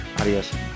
Adios